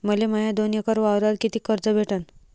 मले माया दोन एकर वावरावर कितीक कर्ज भेटन?